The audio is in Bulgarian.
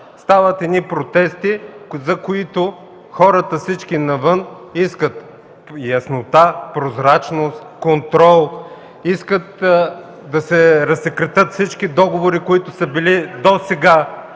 Стават едни протести, от които всички хора навън искат яснота, прозрачност, контрол. Искат да се разсекретят всички договори, които са били досега.